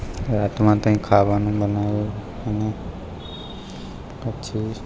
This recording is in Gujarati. રાતમાં ત્યાં ખાવાનું બનાયું અને પછી